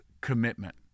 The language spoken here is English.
commitment